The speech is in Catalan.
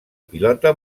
pilota